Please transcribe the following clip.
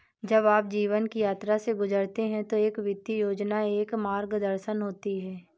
जब आप जीवन की यात्रा से गुजरते हैं तो एक वित्तीय योजना एक मार्गदर्शन होती है